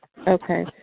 Okay